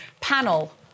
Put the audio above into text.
Panel